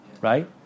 right